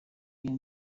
y’iyi